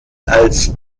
als